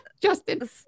Justin